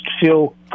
feel